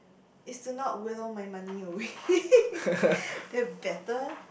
is to not will my money away to have better